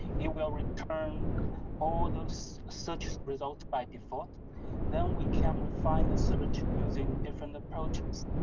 it will return all those search results by default then we can refine the search using different approaches.